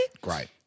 Great